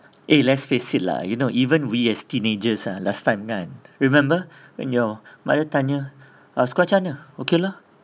eh let's face it lah you know even we as teenagers ah last time kan remember when your mother tanya score macam mana ah okay lah